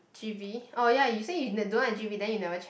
g_v oh ya you say you that don't like g_v then you never check